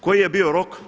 Koji je bio rok?